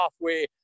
halfway